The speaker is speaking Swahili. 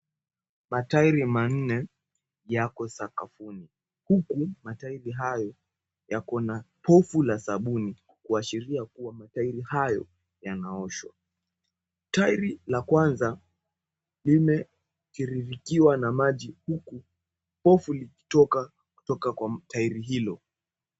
Matairi manne yako sakafuni, huku matairi hayo yakona pofu la sabuni kuashiria kuwa tairi hayo yanaoshwa. Tairi la kwanza limetiririkiwa na maji huku pofu ikitokakutoka kwa tairi hilo.